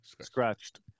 Scratched